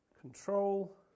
Control